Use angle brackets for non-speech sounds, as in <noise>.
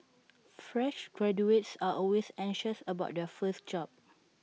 fresh graduates are always anxious about their first job <noise>